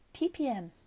ppm